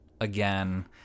again